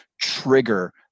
trigger